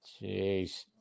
Jeez